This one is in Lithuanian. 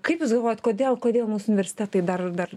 kaip jūs galvojat kodėl kodėl mūsų universitetai dar dar